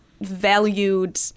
valued